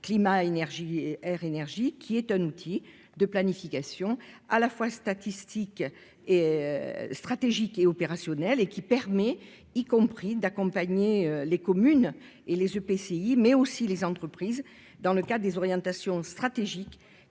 climat-air-énergie, qui est un outil de planification à la fois statistique, stratégique et opérationnel permettant d'accompagner les communes et les EPCI, mais aussi les entreprises dans la mise en oeuvre des orientations stratégiques